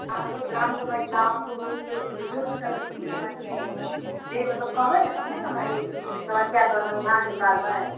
अहाँके ग्रामके महिला पुरुष बुजुर्गसभके की समस्या यए से मतलब कहबै ने तखने ने हम समस्याके समाधान निकालबै